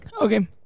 Okay